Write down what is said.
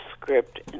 script